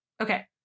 okay